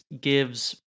gives